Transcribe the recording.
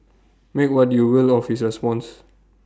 make what you will of his response